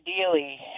ideally